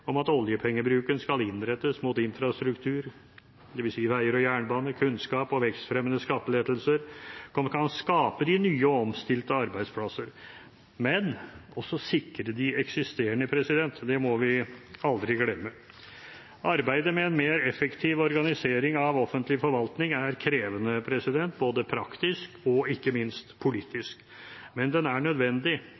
om at oljepengebruken skal innrettes mot infrastruktur – dvs. veier og jernbane – kunnskap og vekstfremmende skattelettelser som kan skape nye og omstilte arbeidsplasser, men også sikre de eksisterende. Det må vi aldri glemme. Arbeidet med en mer effektiv organisering av offentlig forvaltning er krevende, både praktisk og ikke minst